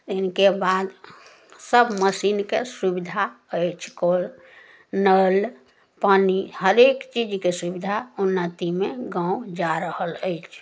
इनके बाद सब मशीनके सुविधा अछि कल नल पानी हर एक चीजके सुविधा उन्नतिमे गाम जा रहल अछि